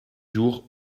jours